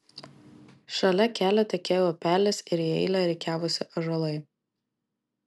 šalia kelio tekėjo upelis ir į eilę rikiavosi ąžuolai